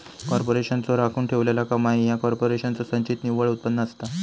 कॉर्पोरेशनचो राखून ठेवलेला कमाई ह्या कॉर्पोरेशनचो संचित निव्वळ उत्पन्न असता